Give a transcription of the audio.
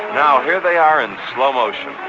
now here they are in slow motion.